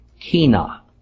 kina